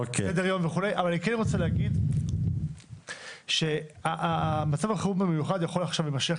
אני כן רוצה לומר שמצב החירום המיוחד יכול להימשך